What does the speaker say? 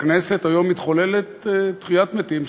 בכנסת מתחוללת היום תחיית מתים,